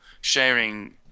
sharing